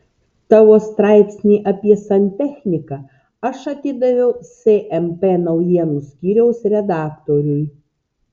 tavo straipsnį apie santechniką aš atidaviau smp naujienų skyriaus redaktoriui